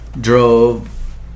drove